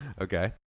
Okay